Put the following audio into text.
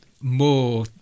more